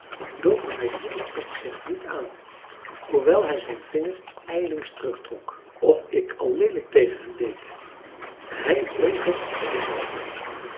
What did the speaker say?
doch hij trok het zich niet aan hoewel hij zijn vinger ijlings terugtrok of ik al leelijk tegen hem deed hij bleef er dezelfde om